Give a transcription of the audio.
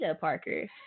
Parker